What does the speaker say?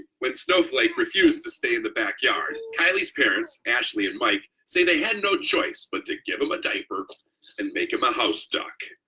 when snowflake refused to stay in the backyard, kylie's parents ashley and mike say they had no choice but to give him a diaper and make him a house duck.